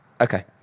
Okay